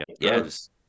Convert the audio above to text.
yes